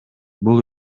бул